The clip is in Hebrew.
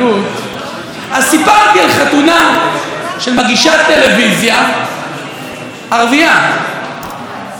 על חתונה של מגישת טלוויזיה ערבייה עם שחקן יהודי.